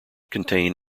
contain